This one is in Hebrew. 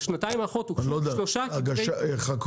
בשנתיים האחרונות הוגשו כ-3 כתבי --- חקרו,